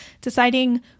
deciding